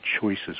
choices